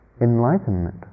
enlightenment